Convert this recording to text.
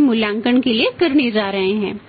मूल्यांकन के लिए करने जा रहे हैं